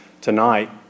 tonight